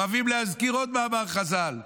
אוהבים להזכיר עוד מאמר חז"ל,